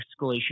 escalation